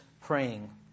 praying